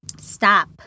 stop